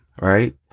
right